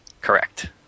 Correct